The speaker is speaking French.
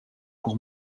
pour